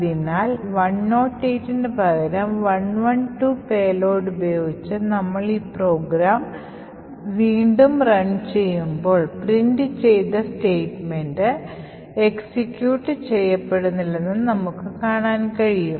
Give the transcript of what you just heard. അതിനാൽ 108 ന് പകരം 112 പേലോഡുപയോഗിച്ച് നമ്മൾ ഈ പ്രോഗ്രാം വീണ്ടും റൺ ചെയ്യുമ്പോൾ പ്രിന്റ് ചെയ്ത സ്റ്റേറ്റ്മെന്റ് എക്സിക്യൂട്ട് ചെയ്യപ്പെടുന്നില്ലെന്ന് നമുക്ക് കാണാൻ കഴിയും